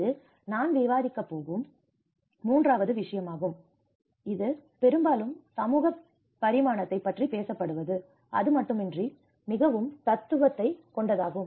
இது நான் விவாதிக்கப் போகும் மூன்றாவது விஷயமாகும் இது பெரும்பாலும் சமூக பரிமாணத்தைப் பற்றி பேசப்படுவது அது மட்டுமின்றி மிகவும் தத்துவ கொண்டதாகும்